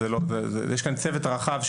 יש כאן צוות רחב.